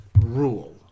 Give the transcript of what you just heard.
rule